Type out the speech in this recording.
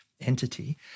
entity